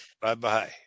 Bye-bye